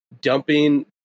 dumping